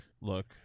Look